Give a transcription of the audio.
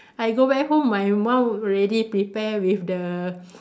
I go back home my mum already prepare with the